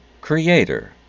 creator